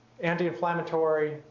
Anti-inflammatory